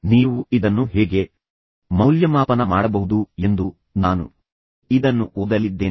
ನೀವು ಇದನ್ನು ಹೇಗೆ ಮೌಲ್ಯಮಾಪನ ಮಾಡಬಹುದು ಎಂದು ನಾನು ಇದನ್ನು ಓದಲಿದ್ದೇನೆ